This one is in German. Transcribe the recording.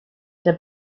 der